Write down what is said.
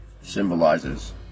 symbolizes